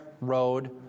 road